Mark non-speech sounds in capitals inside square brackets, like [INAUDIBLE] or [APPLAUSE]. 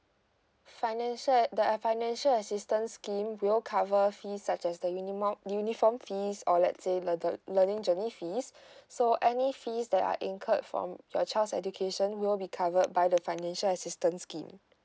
financial there are financial assistance scheme will cover fees such as the unimop uniform fees or let's say the the learning journey fees [BREATH] so any fees that are incurred from your child's education will be covered by the financial assistance scheme